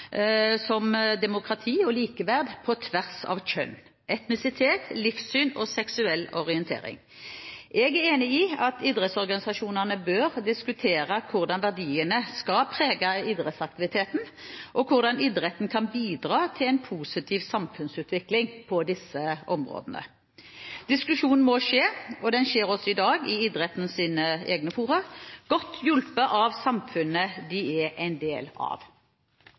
som demokrati og likeverd på tvers av kjønn, etnisitet, livssyn og seksuell orientering. Jeg er enig i at idrettsorganisasjonene bør diskutere hvordan verdiene skal prege idrettsaktiviteten, og hvordan idretten kan bidra til en positiv samfunnsutvikling på disse områdene. Diskusjonen må skje, og skjer også i dag, i idrettens egne fora – godt hjulpet av samfunnet de er en del av.